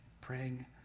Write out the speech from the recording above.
praying